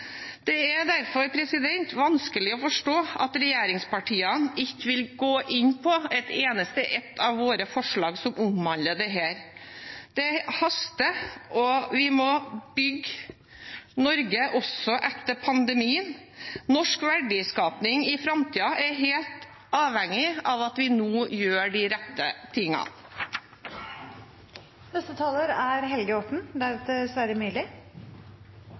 Det er derfor vanskelig å forstå at regjeringspartiene ikke vil gå inn på et eneste ett av våre forslag som omhandler dette. Det haster, og vi må bygge Norge også etter pandemien. Norsk verdiskaping i framtiden er helt avhengig av at vi nå gjør de rette